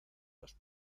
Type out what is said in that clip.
los